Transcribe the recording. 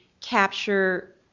capture